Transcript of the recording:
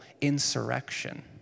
insurrection